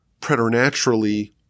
preternaturally